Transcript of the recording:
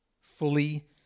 fully